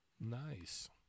nice